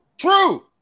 true